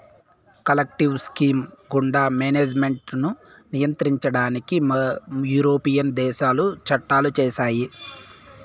collective scheme గుండా management ను నియంత్రించడానికి యూరోపియన్ దేశాలు చట్టాలు చేశాయి